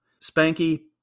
Spanky